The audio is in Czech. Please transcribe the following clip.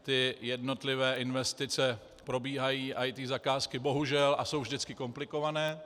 Ty jednotlivé investice probíhají, IT zakázky bohužel, ale jsou vždycky komplikované.